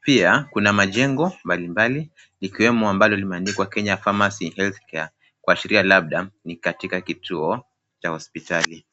Pia, kuna majengo mbalimbali ikiwemo ambalo limeandikwa Kenya Pharmacy Health Care kuashiria labda ni katika kituo cha hospitali.